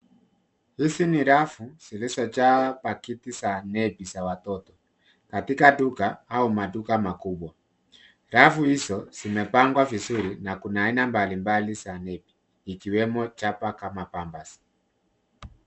Hizi ni rafu zilizojaa pakiti za nepi za watoto, katika duka au maduka makubwa. Rafu hizo zimepangwa vizuri na kuna aina mbali mbali za nepi, ikiwemo chapa kama pampers .